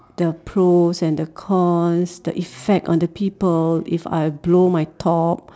the pros and the cons the effect on the people if I blow my top